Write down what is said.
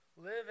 Live